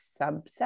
subset